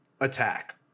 Attack